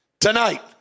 Tonight